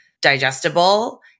digestible